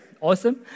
Awesome